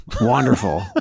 wonderful